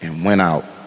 and went out.